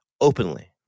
Openly